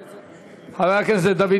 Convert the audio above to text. חבר הכנסת ביטן,